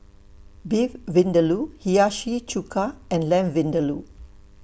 Beef Vindaloo Hiyashi Chuka and Lamb Vindaloo